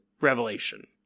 revelation